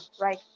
right